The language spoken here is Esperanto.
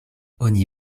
oni